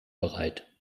bereit